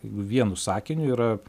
jeigu vienu sakiniu yra